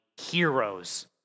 heroes